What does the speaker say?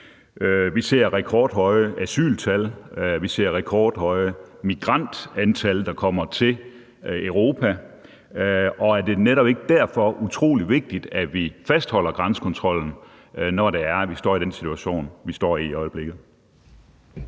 Vi ser rekordhøje asyltal, vi ser rekordhøje migrantantal, der kommer til Europa, og er det netop ikke derfor utrolig vigtigt, at vi fastholder grænsekontrollen, når vi står i den situation, vi står i i øjeblikket?